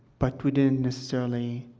but we didn't necessarily